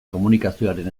komunikazioaren